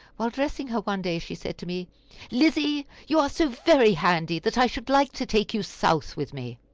while dressing her one day, she said to me lizzie, you are so very handy that i should like to take you south with me.